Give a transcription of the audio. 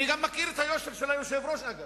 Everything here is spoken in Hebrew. אני גם מכיר את היושר של היושב-ראש, אגב.